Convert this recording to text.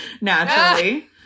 Naturally